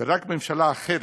ורק ממשלה אחרת,